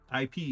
IP